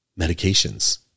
medications